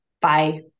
Bye